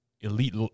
elite